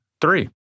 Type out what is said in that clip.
three